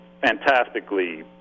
fantastically